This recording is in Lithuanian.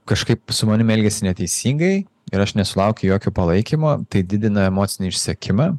kažkaip su manim elgiasi neteisingai ir aš nesulaukiu jokio palaikymo tai didina emocinį išsekimą